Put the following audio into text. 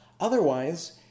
Otherwise